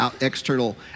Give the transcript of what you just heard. external